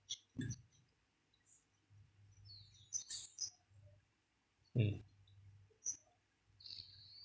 mm